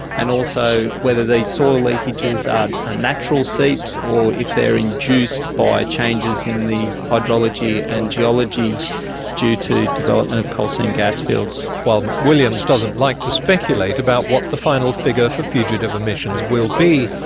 and also whether these soil leakages are ah natural seeps or if they are induced by changes in the hydrology and geology due to development of coal seam gas fields. while mcwilliams doesn't like to speculate about what the final figure for fugitive emissions will be,